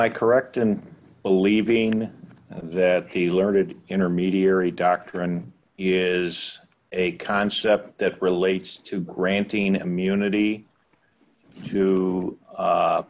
i correct in believing that he learned intermediary doctrine is a concept that relates to granting immunity to